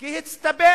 כי הצטברו